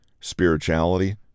spirituality